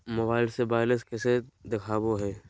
Mobile से balance कैसे देखाबो है?